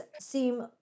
seem